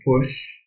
push